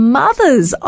mothers